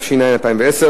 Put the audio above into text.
התש"ע 2010,